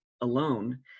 alone